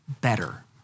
better